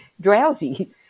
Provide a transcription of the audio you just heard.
drowsy